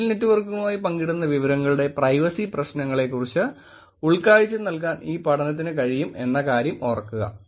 social നെറ്റ്വർക്കുകളുമായി പങ്കിടുന്ന വിവരങ്ങളുടെ പ്രൈവസി പ്രശ്നങ്ങളെക്കുറിച്ച് ഉൾക്കാഴ്ച നല്കാൻ ഈ പഠനത്തിന് കഴിയും എന്ന കാര്യം ഓർക്കുക